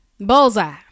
bullseye